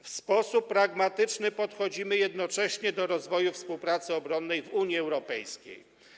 W sposób pragmatyczny podchodzimy jednocześnie do rozwoju współpracy obronnej w Unii Europejskiej.